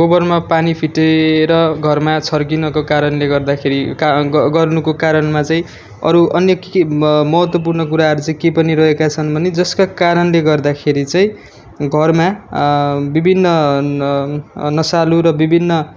गोबरमा पानी फिटेर घरमा छर्किनुको कारणले गर्दाखेरि का ग गर्नुको कारणमा चाहिँ अरू अन्य के के महत्त्वपूर्ण कुराहरू चाहिँ के पनि रहेका छन् भने जसका कारणले गर्दाखेरि चाहिँ घरमा विभिन्न न नसालु र विभिन्न